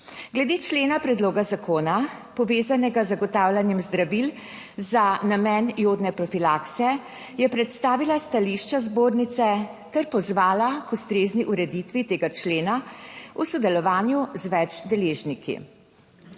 glede člena predloga zakona povezanega z zagotavljanjem zdravil za namen jodne profilakse je predstavila stališča zbornice ter pozvala k ustrezni ureditvi tega člena v sodelovanju z več deležniki.